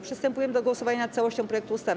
Przystępujemy do głosowania nad całością projektu ustawy.